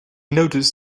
noticed